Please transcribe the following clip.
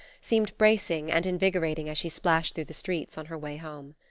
seemed bracing and invigorating as she splashed through the streets on her way home.